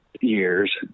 years